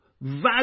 value